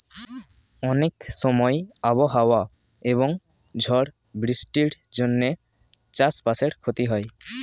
অনেক সময় আবহাওয়া এবং ঝড় বৃষ্টির জন্যে চাষ বাসের ক্ষতি হয়